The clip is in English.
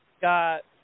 got